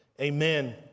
Amen